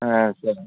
సరే